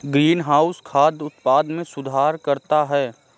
greenhouse खाद्य उत्पादन में सुधार करता है